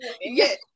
yes